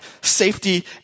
safety